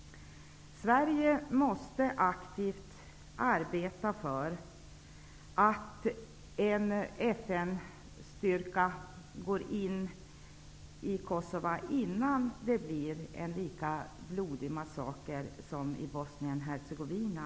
Sverige måste aktivt arbeta för att en FN-styrka går in i Kosova innan det blir en lika blodig massaker där som i Bosnien-Hercegovina.